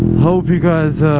hope you guys